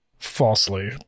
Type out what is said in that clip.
falsely